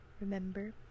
Remember